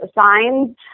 signs